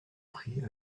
prix